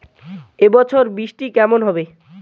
এবছর বৃষ্টি কেমন হবে?